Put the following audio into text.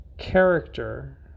character